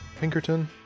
Pinkerton